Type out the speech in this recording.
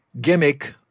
gimmick